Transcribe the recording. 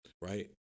Right